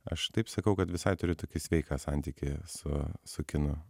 aš taip sakau kad visai turiu tokį sveiką santykį su su kinu